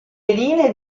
linee